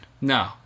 No